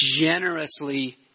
generously